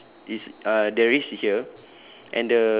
is is uh there is here